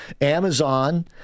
Amazon